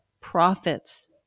profits